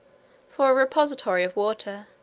for a repository of water,